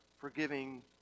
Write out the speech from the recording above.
forgiving